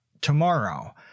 tomorrow